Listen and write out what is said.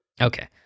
Okay